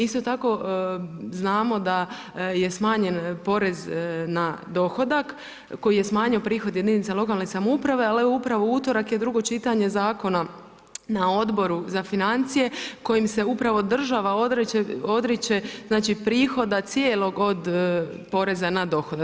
Isto tako znamo da je smanjen porez na dohodak koji je smanjio prihode jedinica lokalne samouprave, ali evo upravo u utorak je drugo čitanje zakona na Odboru za financije kojim se upravo država odriče prihoda cijelog od poreza na dohodak.